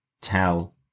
tell